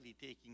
taking